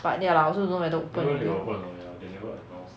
but that lah also don't know whether open already